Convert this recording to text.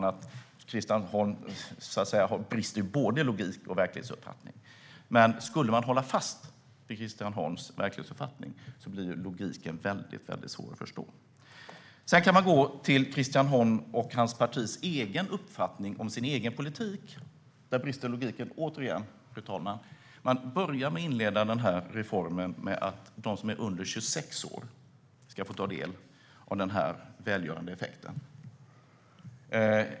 Sedan brister det både i Christian Holms logik och i hans verklighetsuppfattning. Men skulle man hålla fast vid den blir logiken väldigt svår att förstå. I Christian Holms och hans partis egen uppfattning om den egna politiken brister logiken återigen. Man inleder den här reformen med att de som är under 26 år ska få ta del av den välgörande effekten.